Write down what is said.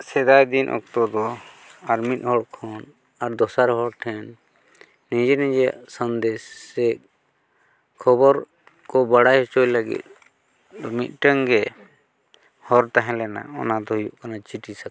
ᱥᱮᱫᱟᱭ ᱫᱤᱱ ᱚᱠᱛᱚ ᱫᱚ ᱟᱨ ᱢᱤᱫ ᱦᱚᱲ ᱠᱷᱚᱱ ᱟᱨ ᱫᱚᱥᱟᱨ ᱦᱚᱲ ᱴᱷᱮᱱ ᱱᱤᱡᱮ ᱱᱤᱡᱮ ᱥᱚᱱᱫᱮᱥ ᱥᱮ ᱠᱷᱚᱵᱚᱨ ᱠᱚ ᱵᱟᱲᱟᱭ ᱦᱚᱪᱚᱭ ᱞᱟᱹᱜᱤᱫ ᱢᱤᱫᱴᱟᱹᱝ ᱜᱮ ᱦᱚᱨ ᱛᱟᱦᱮᱸ ᱞᱮᱱᱟ ᱚᱱᱟ ᱫᱚ ᱦᱩᱭᱩᱜ ᱠᱟᱱᱟ ᱪᱤᱴᱷᱤ ᱥᱟᱠᱟᱢ